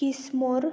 किसमोर